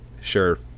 sure